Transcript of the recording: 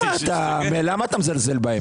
למה אתה מזלזל בהם?